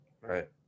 Right